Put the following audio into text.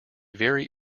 very